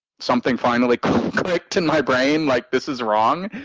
something finally clicked in my brain, like this is wrong,